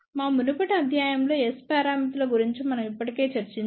మా మునుపటి అధ్యాయం లో S పారామితుల గురించి మనం ఇప్పటికే చర్చించాము